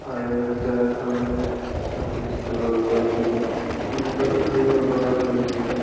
ആയോധന കല നമ്മളെ സംരക്ഷിക്കുന്നത് അതുപോലെ തന്നെ നമുക്ക് അതിനോടുള്ള ഉപകാരം അത് തന്നെയാണ്